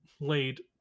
laid